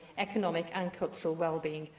economic and cultural well-being.